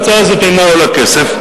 ההצעה הזאת אינה עולה כסף,